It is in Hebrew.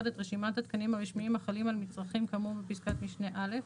את רשימת התקנים הרשמיים החלים על מצרכים כאמור בפסקת משנה (א),